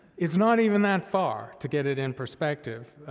it's not even that far, to get it in perspective.